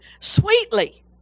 sweetly